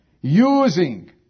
using